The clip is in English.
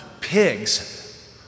pigs